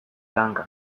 lankan